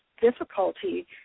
difficulty